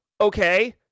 okay